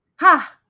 Ha